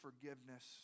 forgiveness